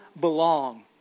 belong